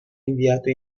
inviato